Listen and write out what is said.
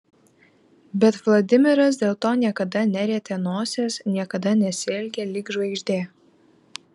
bet vladimiras dėl to niekada nerietė nosies niekada nesielgė lyg žvaigždė